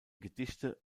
gedichte